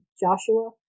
Joshua